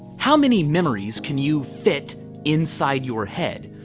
how many memories can you fit inside your head?